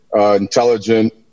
intelligent